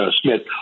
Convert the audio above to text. Smith